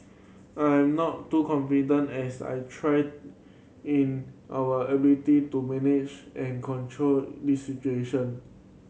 I am not too confident as I trust in our ability to manage and control this situation